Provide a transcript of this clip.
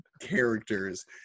characters